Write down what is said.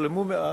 הושלמו מאז.